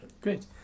Great